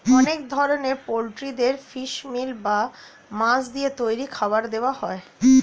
অনেক ধরনের পোল্ট্রিদের ফিশ মিল বা মাছ দিয়ে তৈরি খাবার দেওয়া হয়